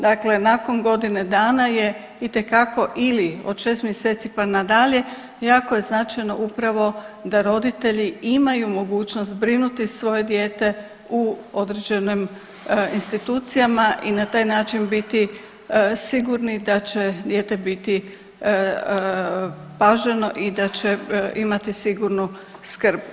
Dakle, nakon godine dana je itekako ili od 6 mjeseci pa na dalje jako je značajno upravo da roditelji imaju mogućnost zbrinuti svoje dijete u određenim institucijama i na taj način biti sigurni da će dijete biti paženo i da će imati sigurnu skrb.